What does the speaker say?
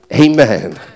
Amen